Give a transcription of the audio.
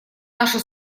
наши